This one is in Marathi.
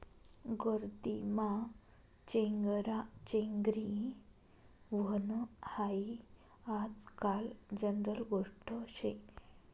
गर्दीमा चेंगराचेंगरी व्हनं हायी आजकाल जनरल गोष्ट शे